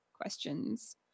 questions